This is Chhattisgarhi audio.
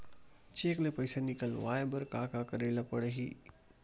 चेक ले पईसा निकलवाय बर का का करे ल पड़हि?